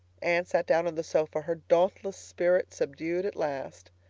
anne sat down on the sofa, her dauntless spirit subdued at last.